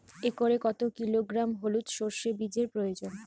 একরে কত কিলোগ্রাম হলুদ সরষে বীজের প্রয়োজন?